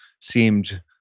seemed